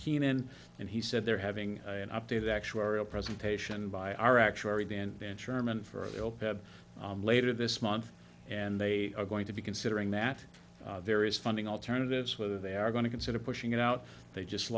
keenan and he said they're having an updated actuarial presentation by our actuary dan dan sherman for the open later this month and they are going to be considering that there is funding alternatives whether they are going to consider pushing it out they just